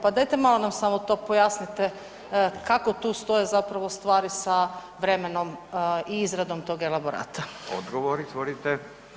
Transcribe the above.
Pa dajte malo nam samo to pojasnite kako tu stoje zapravo stvari sa vremenom i izradom tog elaborata?